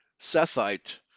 Sethite